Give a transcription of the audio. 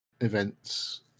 events